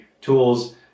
tools